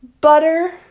butter